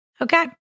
Okay